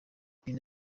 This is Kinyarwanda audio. ibi